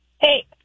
hey